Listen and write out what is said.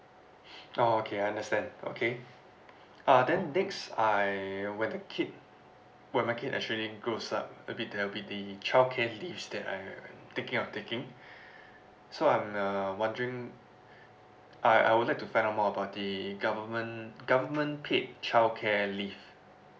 oh okay I understand okay uh then next I when the kid when my kid actually grows up a bit there will be the childcare leaves that I thinking of taking so I'm uh wondering I I would like to find out more about the government government paid childcare leave